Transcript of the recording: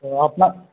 ও আপনার